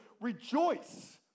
Rejoice